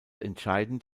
entscheidend